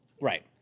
right